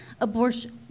abortion